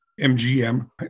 MGM